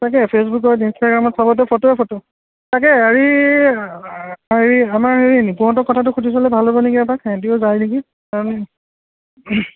তাকেই ফেচবুকত ইনষ্টাগ্ৰামত চবতে ফটোৱে ফটো তাকে হেৰি অ' হেৰি আমাৰ এই নিপুহঁতক কথাটো সুধি চালে ভাল হ'ব নেকি এবাৰ সিহঁতিও যায় নেকি